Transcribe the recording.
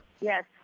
Yes